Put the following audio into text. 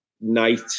night